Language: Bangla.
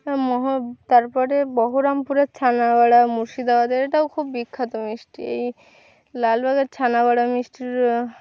তারপরে বহরমপুরের ছানার বড়া মুর্শিদাবাদের এটাও খুব বিখ্যাত মিষ্টি এই লালবাগের ছানার বড়া মিষ্টির